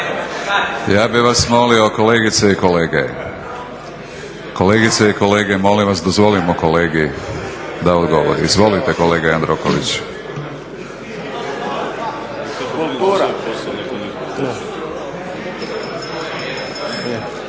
Ja bih vas molio kolegice i kolege. Kolegice i kolege molim vas dozvolimo kolegi da odgovori. Izvolite kolega Jandroković.